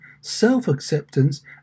self-acceptance